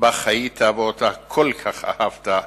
בה חיית ואותה כל כך אהבת,